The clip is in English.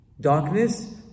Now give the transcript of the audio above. darkness